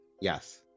Yes